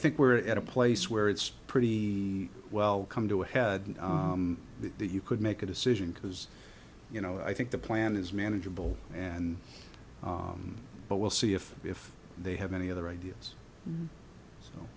think we're at a place where it's pretty well come to a head that you could make a decision because you know i think the plan is manageable and but we'll see if if they have any other ideas